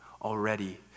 already